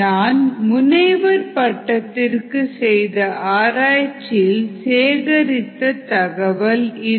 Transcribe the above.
நான் என் முனைவர் பட்டத்திற்கு செய்த ஆராய்ச்சியில் சேகரித்த தகவல் இது